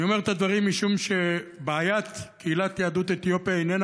אני אומר את הדברים משום שבעיית קהילת יהדות אתיופיה איננה